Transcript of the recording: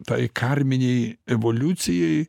tai karminei evoliucijai